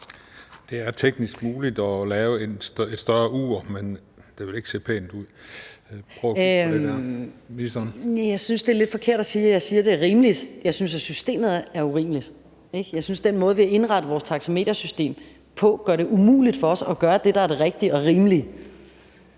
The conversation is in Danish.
undervisningsministeren (Pernille Rosenkrantz-Theil): Jeg synes, det er lidt forkert at sige, at jeg siger, at det er rimeligt. Jeg synes, at systemet er urimeligt – ikke? Jeg synes, at den måde, vi har indrettet vores taxametersystem på, gør det umuligt for os at gøre det, der er det rigtige og rimelige,